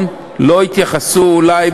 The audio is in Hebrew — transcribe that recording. לרשותך עשר דקות.